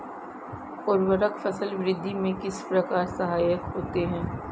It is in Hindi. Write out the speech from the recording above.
उर्वरक फसल वृद्धि में किस प्रकार सहायक होते हैं?